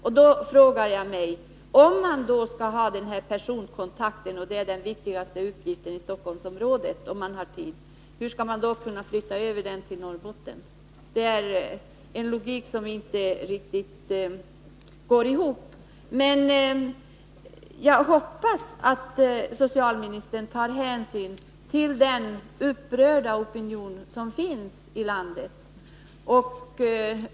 Men om personkontakten — i den mån det finns tid för den — är den viktigaste uppgiften i Stockholmsområdet, hur skall man kunna flytta över den till Norrbotten? Det går inte riktigt ihop. Jag hoppas att socialministern tar hänsyn till den upprörda opinion som finns i landet.